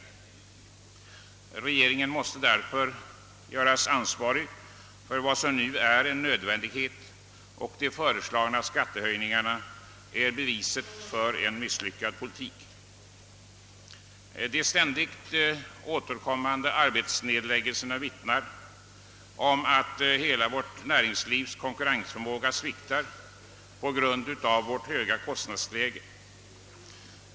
Regeringen måste därför göras ansvarig för vad som nu är en nödvändighet, och de föreslagna skattehöjningarna är beviset för en misslyckad politik. De ständigt återkommande industrinedläggningarna vittnar om att hela vårt näringslivs konkurrensförmåga sviktar på grund av vårt höga kostnadsläge.